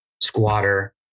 squatter